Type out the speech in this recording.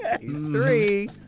Three